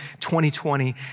2020